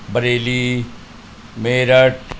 Bareilly Meerut